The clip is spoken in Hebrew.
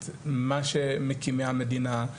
את מה שמקימי המדינה,